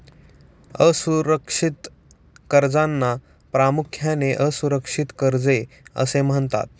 असुरक्षित कर्जांना प्रामुख्याने असुरक्षित कर्जे असे म्हणतात